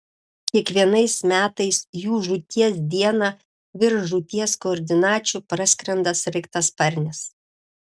kiekvienais metais jų žūties dieną virš žūties koordinačių praskrenda sraigtasparnis